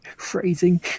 phrasing